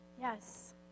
Yes